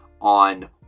on